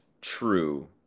true